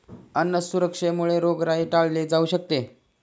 अन्न सुरक्षेमुळे रोगराई टाळली जाऊ शकते